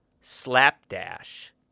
Slapdash